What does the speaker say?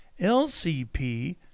LCP